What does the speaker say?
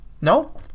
No